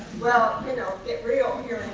well, you know, get real here